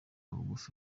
bugufi